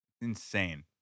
Insane